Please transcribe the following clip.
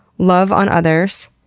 love on others.